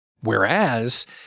Whereas